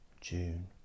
June